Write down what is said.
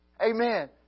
Amen